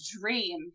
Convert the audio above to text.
dream